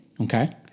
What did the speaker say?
Okay